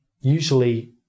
Usually